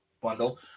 bundle